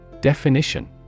Definition